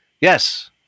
Yes